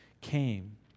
came